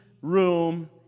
room